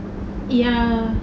ya